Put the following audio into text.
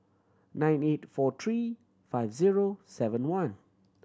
nine eight four three five zero seven one